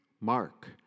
Mark